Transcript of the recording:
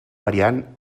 variant